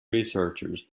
researchers